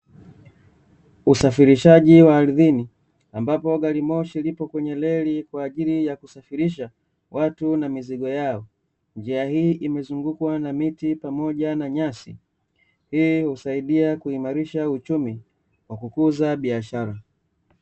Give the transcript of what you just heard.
Usafirishaji wa ardhini, ambapo gari moshi lipo kwenye reli kwa ajili ya kusafirisha watu na mizigo yao, njia hii imezungukwa na miti pamoja na nyasi hii husaidia kuimarisha uchumi kwa kukuza biashara.